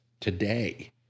today